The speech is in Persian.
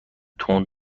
تند